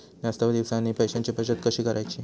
जास्त दिवसांसाठी पैशांची बचत कशी करायची?